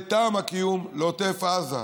ואת טעם הקיום לעוטף עזה.